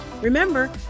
Remember